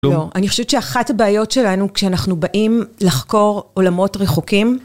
אני חושבת שאחת הבעיות שלנו כשאנחנו באים לחקור עולמות רחוקים